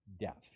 death